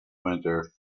winter